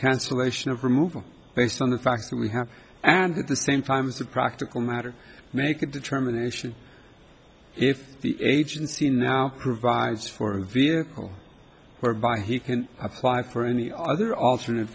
cancellation of removal based on the fact that we have and at the same time as a practical matter make a determination if the agency now provides for a vehicle whereby he can apply for any other alternate